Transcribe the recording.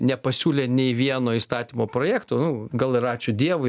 nepasiūlė nei vieno įstatymo projekto nu gal ir ačiū dievui